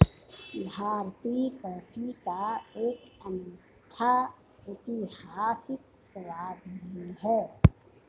भारतीय कॉफी का एक अनूठा ऐतिहासिक स्वाद भी है